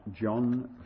John